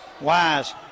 Wise